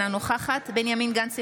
אינה נוכחת בנימין גנץ,